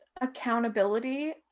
accountability